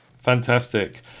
Fantastic